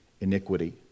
iniquity